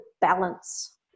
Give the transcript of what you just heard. balance